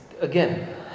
again